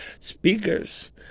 speakers